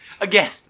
again